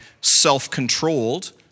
self-controlled